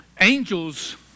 angels